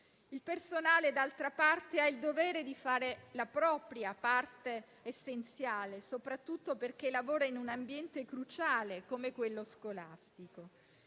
il personale ha il dovere di fare la propria parte essenziale e soprattutto perché lavora in un ambiente cruciale come quello scolastico.